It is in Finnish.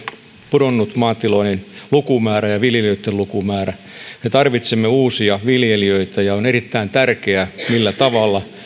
pudonnut maatilojen lukumäärä ja viljelijöitten lukumäärä me tarvitsemme uusia viljelijöitä ja on erittäin tärkeää millä tavalla